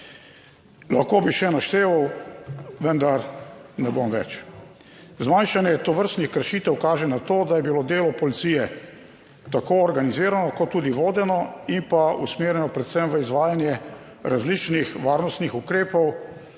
Lahko bi še našteval, vendar ne bom več. Zmanjšanje tovrstnih kršitev kaže na to, da je bilo delo policije tako organizirano kot tudi vodeno in pa usmerjeno predvsem v izvajanje različnih varnostnih ukrepov